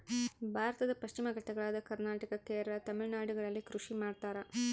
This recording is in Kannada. ಭಾರತದ ಪಶ್ಚಿಮ ಘಟ್ಟಗಳಾದ ಕರ್ನಾಟಕ, ಕೇರಳ, ತಮಿಳುನಾಡುಗಳಲ್ಲಿ ಕೃಷಿ ಮಾಡ್ತಾರ?